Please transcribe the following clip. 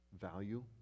value